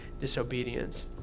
disobedience